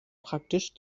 praktisch